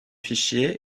fichiers